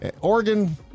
Oregon